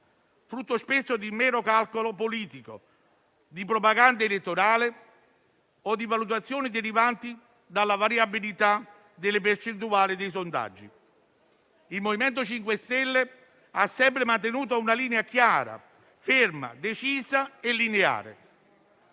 frutto spesso di mero calcolo politico, di propaganda elettorale o di valutazioni derivanti dalla variabilità delle percentuali dei sondaggi. Il MoVimento 5 Stelle ha sempre mantenuto una linea chiara, ferma, decisa e lineare.